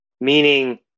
meaning